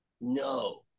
No